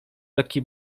lekki